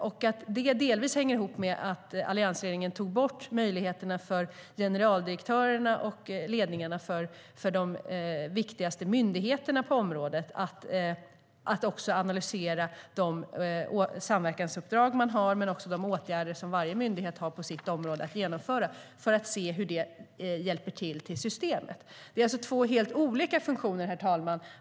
Det hänger delvis ihop med att alliansregeringen tog bort möjligheterna för generaldirektörerna och ledningarna för de viktigaste myndigheterna på området att analysera både samverkansuppdragen och de åtgärder varje myndighet har att genomföra på sitt område, för att se hur det hjälper systemet. Det är alltså två helt olika funktioner, herr talman.